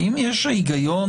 האם יש היגיון